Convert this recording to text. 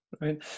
Right